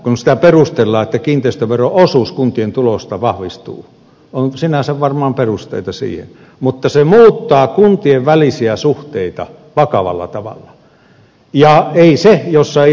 kun sitä perustellaan sillä että kiinteistöveron osuus kuntien tuloista vahvistuu sinänsä on varmaan perusteita sille mutta se muuttaa kuntien välisiä suhteita vakavalla tavalla